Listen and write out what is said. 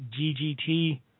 GGT